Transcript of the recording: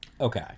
Okay